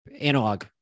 analog